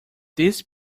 these